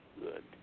good